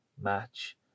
match